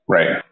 Right